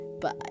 Bye